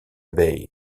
bay